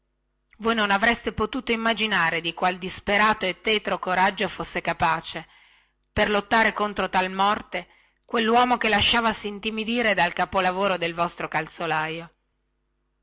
voi non avreste potuto immaginare di qual disperato e tetro coraggio fosse capace per lottare contro tal morte quelluomo che lasciavasi intimidire dal capolavoro del vostro calzolaio